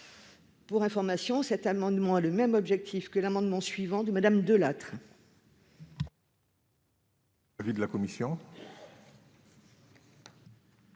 Pour information, cet amendement a le même objet que l'amendement suivant de Mme Delattre.